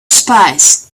spies